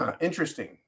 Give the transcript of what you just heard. interesting